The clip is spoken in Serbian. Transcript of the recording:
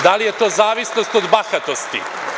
Da li je to zavisnost od bahatosti?